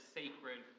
sacred